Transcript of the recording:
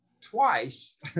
twice